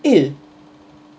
eh